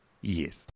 yes